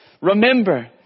remember